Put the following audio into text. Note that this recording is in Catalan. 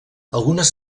algunes